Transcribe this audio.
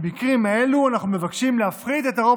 במקרים אלו אנחנו מבקשים להפחית את הרוב